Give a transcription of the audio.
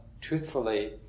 truthfully